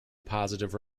positive